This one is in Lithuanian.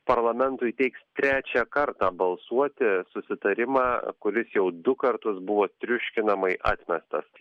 parlamentui teiks trečią kartą balsuoti susitarimą kuris jau du kartus buvo triuškinamai atmestas